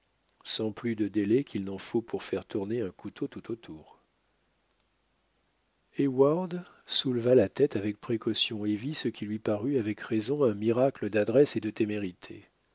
sans plus de délai qu'il n'en faut pour faire tourner un couteau tout autour et ward souleva la tête avec précaution et vit ce qui lui parut avec raison un miracle d'adresse et de témérité